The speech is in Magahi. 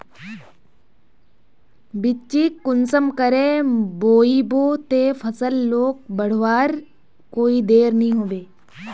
बिच्चिक कुंसम करे बोई बो ते फसल लोक बढ़वार कोई देर नी होबे?